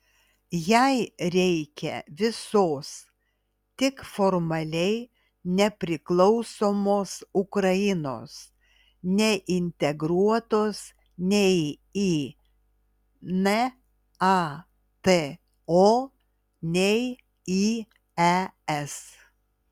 jai reikia visos tik formaliai nepriklausomos ukrainos neintegruotos nei į nato nei į es